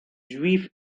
juifs